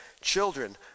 Children